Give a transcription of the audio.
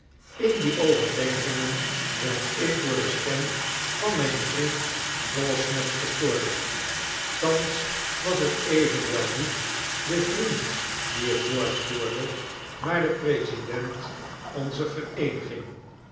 in die overdenkingen werd ik door de stem van myn vriend dawsnaps gestoord thans was het evenwel niet de vriend die het woord voerde maar de president onzer vereeniging